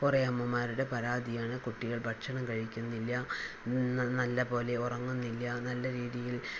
കുറേ അമ്മമാരുടെ പരാതിയാണ് കുട്ടികൾ ഭക്ഷണം കഴിക്കുന്നില്ല നല്ല പോലെ ഉറങ്ങുന്നില്ല നല്ല രീതിയിൽ